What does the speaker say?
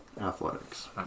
Athletics